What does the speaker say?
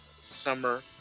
summer